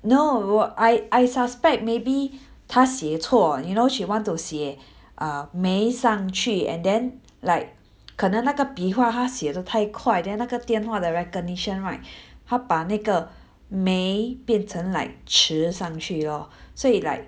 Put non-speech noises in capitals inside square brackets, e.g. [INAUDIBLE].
no I I suspect maybe 她写错 you know she want to err 写没上去 and then like 可能那个比划她写得太快 then 那个电话的 recognition right [BREATH] 她把那个没变成 like 迟上去咯所以 like